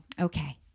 Okay